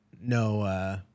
no